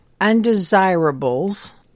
undesirables